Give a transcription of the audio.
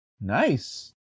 Nice